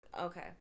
Okay